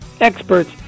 experts